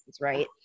right